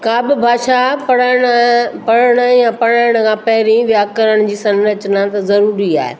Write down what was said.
का बि भाषा पढ़णु पढ़णु या पढ़ण खां पहिरीं व्याकरण जी संरचना ज़रूरी आहे